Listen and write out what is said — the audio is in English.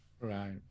right